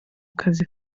kazi